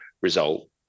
result